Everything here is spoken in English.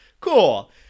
cool